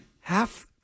half